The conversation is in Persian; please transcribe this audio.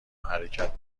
حرکت